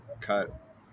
cut